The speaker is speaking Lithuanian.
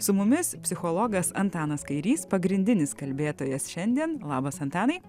su mumis psichologas antanas kairys pagrindinis kalbėtojas šiandien labas antanai